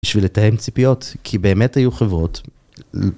בשביל לתאם ציפיות, כי באמת היו חברות...